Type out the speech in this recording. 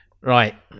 Right